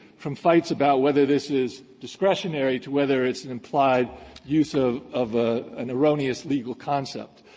from fights about whether this is discretionary to whether it's an implied use of of ah an erroneous legal concept,